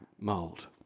mold